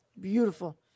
beautiful